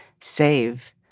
save